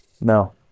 No